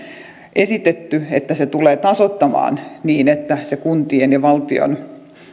esitetty että se tulee tasoittamaan niin että kuntien ja valtion